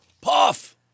Puff